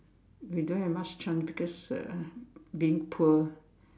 we don't have much chance because uh being poor